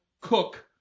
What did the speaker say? Cook